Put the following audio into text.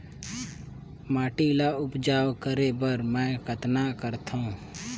माटी ल उपजाऊ करे बर मै कतना करथव?